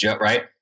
right